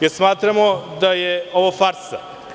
jer smatramo da je ovo farsa.